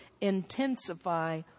intensify